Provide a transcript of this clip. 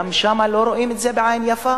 גם שם לא רואים את זה בעין יפה,